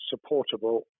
supportable